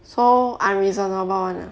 so unreasonable [one] ah